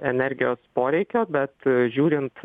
energijos poreikio bet žiūrint